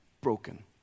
broken